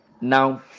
Now